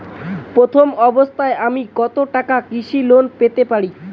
প্রথম অবস্থায় আমি কত টাকা কৃষি লোন পেতে পারি?